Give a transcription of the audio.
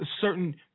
certain